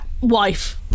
Wife